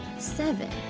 seven,